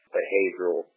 behavioral